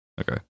Okay